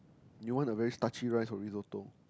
you want a very starchy rice for Risotto